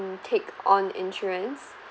~o take on insurance